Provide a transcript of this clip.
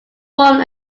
formed